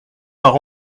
par